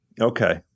Okay